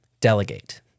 delegate